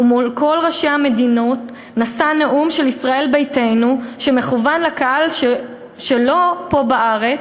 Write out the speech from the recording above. ומול כל ראשי המדינות נשא נאום של ישראל ביתנו שמכוון לקהל שלו פה בארץ.